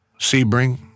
Sebring